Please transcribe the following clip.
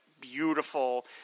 beautiful